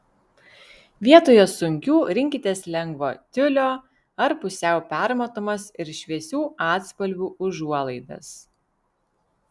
vietoje sunkių rinkitės lengvo tiulio ar pusiau permatomas ir šviesių atspalvių užuolaidas